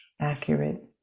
accurate